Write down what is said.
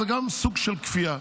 זה גם סוג של כפייה.